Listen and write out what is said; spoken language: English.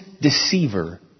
deceiver